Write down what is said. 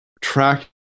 track